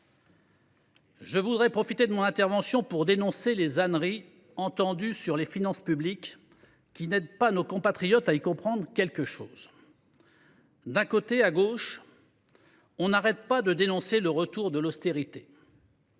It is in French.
Je voudrais profiter de mon intervention pour dénoncer les âneries entendues sur les finances publiques, qui n’aident pas nos compatriotes à y comprendre quelque chose. D’un côté, à gauche, on n’arrête pas de dénoncer le retour de l’austérité